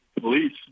police